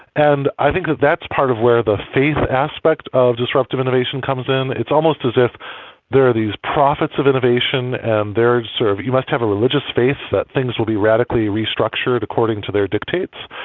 and i think that's part of where the faith aspect of disruptive innovation comes in. it's almost as if there are these prophets of innovation and sort of you must have a religious faith that things will be radically restructured according to their dictates.